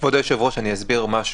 כבוד היושב ראש, אני אסביר משהו.